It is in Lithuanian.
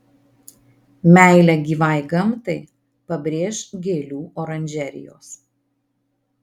meilę gyvai gamtai pabrėš gėlių oranžerijos